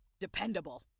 dependable